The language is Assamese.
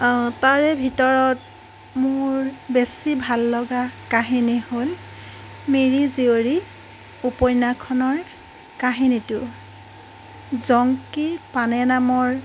তাৰে ভিতৰত মোৰ বেছি ভাল লগা কাহিনী হ'ল মিৰি জীয়ৰী উপন্যাসখনৰ কাহিনীটো জংকী পানেই নামৰ